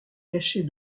cacher